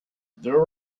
there